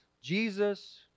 Jesus